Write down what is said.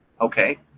Okay